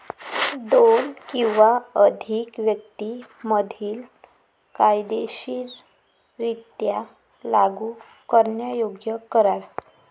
दोन किंवा अधिक व्यक्तीं मधील कायदेशीररित्या लागू करण्यायोग्य करार